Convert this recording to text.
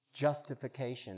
justification